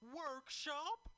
workshop